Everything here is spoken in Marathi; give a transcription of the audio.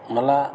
मला